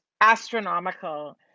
astronomical